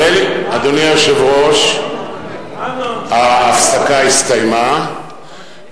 אדוני היושב-ראש, ההפסקה הסתיימה.